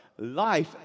Life